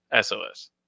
SOS